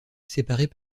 séparés